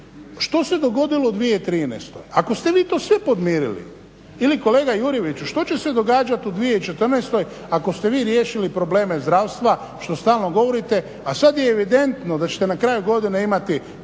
što se dogodilo u 2013. ako ste vi to sve podmirili? Ili kolega Jurjeviću što će se događati u 2014. ako ste vi riješili probleme zdravstva što stalno govorite a sad je evidentno da ćete na kraju godine imati